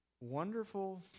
wonderful